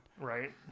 right